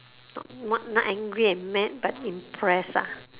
not not angry and mad but impressed ah